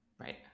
Right